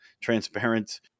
transparent